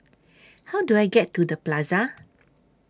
How Do I get to The Plaza